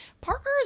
Parker's